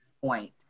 point